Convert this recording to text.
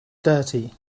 dirty